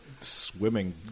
swimming